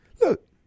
look